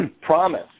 promise